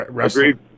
Agreed